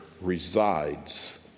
resides